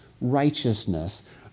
righteousness